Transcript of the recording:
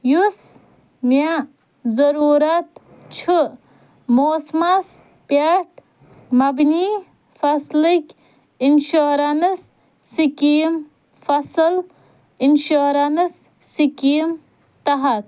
یُس مےٚ ضروٗرت چھُ موسمَس پٮ۪ٹھ مبنی فصلٕکۍ انشوریٚنٕس سِکیٖم فصٕل اِنشوریٚنٕس سِکیٖم تحت